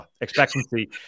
expectancy